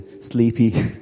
sleepy